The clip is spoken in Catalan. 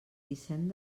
vicent